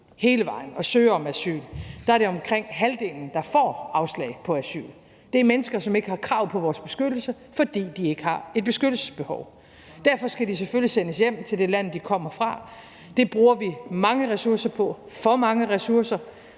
til Europa og søger om asyl, er det omkring halvdelen, der får afslag på asyl. Det er mennesker, som ikke har krav på vores beskyttelse, fordi de ikke har et beskyttelsesbehov. Derfor skal de selvfølgelig sendes hjem til det land, de kommer fra. Det bruger vi mange ressourcer på – for mange ressourcer